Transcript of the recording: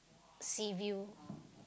sea view